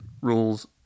rules